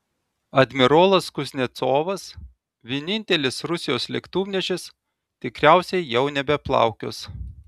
admirolas kuznecovas vienintelis rusijos lėktuvnešis tikriausiai jau nebeplaukios